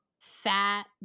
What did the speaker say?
fat